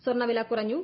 സ്വർണ്ണവില കുറഞ്ഞു